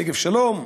שגב-שלום,